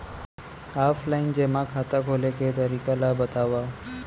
Offline जेमा खाता खोले के तरीका ल बतावव?